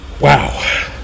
wow